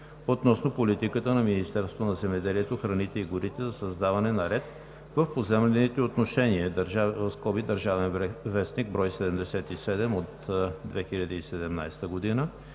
относно политиката на Министерството на земеделието, храните и горите за създаване на ред в поземлените отношения (ДВ, бр. 77 от 2017 г.),